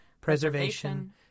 preservation